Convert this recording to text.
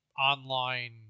online